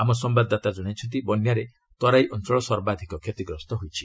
ଆମ ସମ୍ଭାଦଦାତା ଜଣାଇଛନ୍ତି ବନ୍ୟାରେ ତରାଇ ଅଞ୍ଚଳ ସର୍ବାଧିକ କ୍ଷତିଗ୍ରସ୍ତ ହୋଇଛି